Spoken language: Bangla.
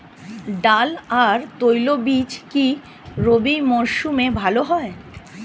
ডাল আর তৈলবীজ কি রবি মরশুমে ভালো হয়?